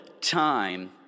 time